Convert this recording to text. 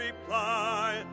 reply